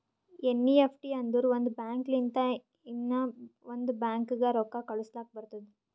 NEFT ಅಂದುರ್ ಒಂದ್ bank ಲಿಂತ ಇನ್ನಾ ಒಂದ್ ಬ್ಯಾಂಕ್ಗ ರೊಕ್ಕಾ ಕಳುಸ್ಲಾಕ್ ಬರ್ತುದ್